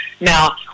Now